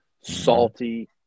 salty